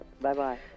bye-bye